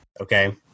Okay